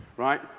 right?